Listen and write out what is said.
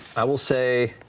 i will say.